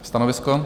Stanovisko?